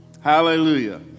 hallelujah